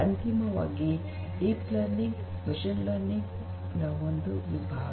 ಅಂತಿಮವಾಗಿ deep learning machine learning ನ ಒಂದು ವಿಭಾಗ